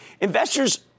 Investors